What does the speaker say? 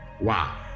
Wow